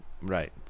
Right